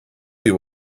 you